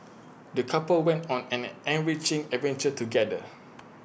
the couple went on an enriching adventure together